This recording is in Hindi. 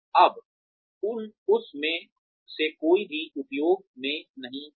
अब उस में से कोई भी उपयोग में नहीं है